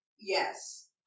Yes